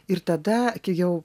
ir tada kai jau